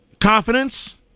confidence